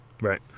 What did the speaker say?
Right